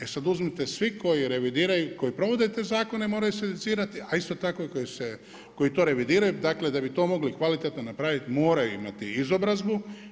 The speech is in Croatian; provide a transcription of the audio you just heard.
E sad uzmite svi koji revidiraju, koji provode te zakone moraju se educirati, a isto tako i koji to revidiraju, dakle da bi to mogli kvalitetno napraviti moraju imati izobrazbu.